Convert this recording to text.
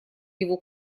его